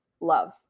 love